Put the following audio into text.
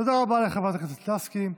תודה רבה לחברת הכנסת לסקי.